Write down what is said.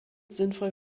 sinnvoll